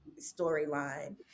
storyline